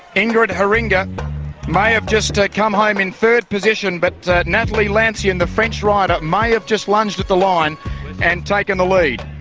ingrid haringa may have just come home in third position, but nathalie lancien, the french rider, may have just lunged at the line and taken the lead.